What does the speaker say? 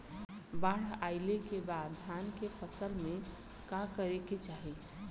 बाढ़ आइले के बाद धान के फसल में का करे के चाही?